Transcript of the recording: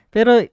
Pero